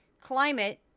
Climate